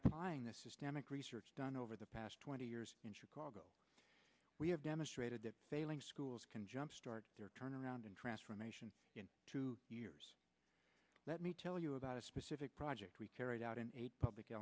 applying this is demick research done over the past twenty years in chicago we have demonstrated that failing schools can jump start your turnaround in transformation in two years let me tell you about a specific project we carried out in a public